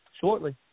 shortly